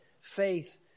faith